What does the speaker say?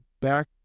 back